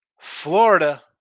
Florida